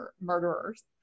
murderers